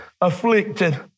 afflicted